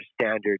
standard